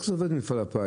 איך זה עובד במפעל הפיס?